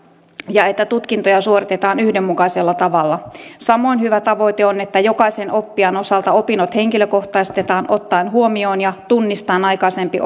ja että tutkintoja suoritetaan yhdenmukaisella tavalla samoin hyvä tavoite on että jokaisen oppijan osalta opinnot henkilökohtaistetaan ottaen huomioon ja tunnistaen aikaisempi